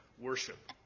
worship